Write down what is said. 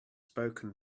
spoken